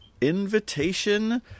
Invitation